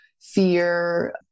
fear